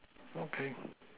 okay